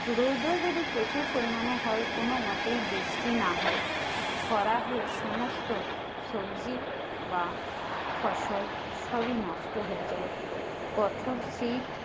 রোদও যদি প্রচুর পরিমাণে হয় কোনোমতেই বৃষ্টি না হয় খরা হয়ে সমস্ত সবজি বা ফসল সবই নষ্ট হয়ে যায় কঠোর শীত